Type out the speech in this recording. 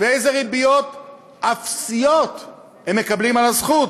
ואיזה ריביות אפסיות הם מקבלים על הזכות.